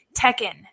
Tekken